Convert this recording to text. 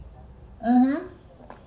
(uh huh)